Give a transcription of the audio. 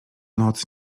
noc